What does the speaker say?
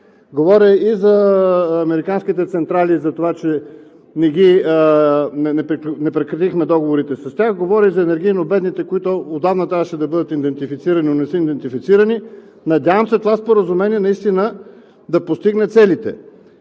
Говоря и за американските централи, затова, че не прекратихме договорите с тях. Говоря и за енергийно бедните, които отдавна трябваше да бъдат идентифицирани, но не са идентифицирани. Надявам се това споразумение наистина да постигне целите.